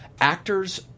Actors